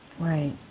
Right